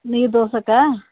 ನೀರು ದೋಸೆಕ್ಕಾ